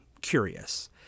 curious